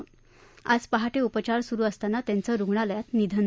मात्र आज पहाटे उपचार सुरू असताना त्यांचं रुग्णालयात निधन झालं